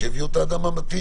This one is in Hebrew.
שגם אחראי על העובדים